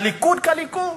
הליכוד כליכוד,